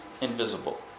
invisible